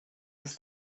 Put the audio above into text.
was